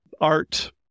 art